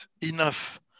enough